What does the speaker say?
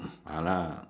ya lah